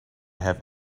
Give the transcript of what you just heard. have